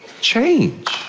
change